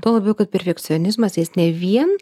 tuo labiau kad perfekcionizmas jis ne vien